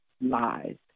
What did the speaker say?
lies